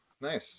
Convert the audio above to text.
Nice